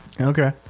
okay